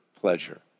pleasure